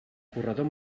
corredor